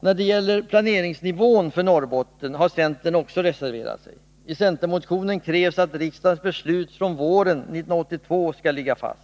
när det gäller planeringsnivån för Norrbotten har centern reserverat sig. I centermotionen krävs att riksdagens beslut från våren 1982 skall ligga fast.